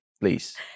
please